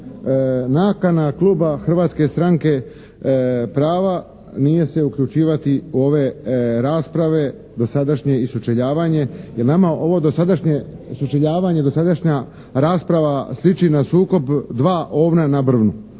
Nakana Kluba Hrvatske stranke prava nije se uključivati u ove rasprave dosadašnje i sučeljavanje jer nama ovo dosadašnje sučeljavanje, dosadašnja rasprava sliči na sukob dva ovna na brvnu,